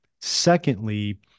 secondly